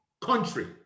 country